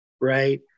right